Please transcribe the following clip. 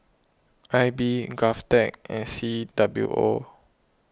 I B Govtech and C W O